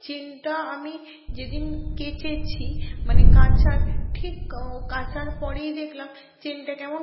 চেনটা আমি যেদিন কেচেছি মানে কাচার ঠিক কাচার পরেই দেখলাম চেনটা কেমন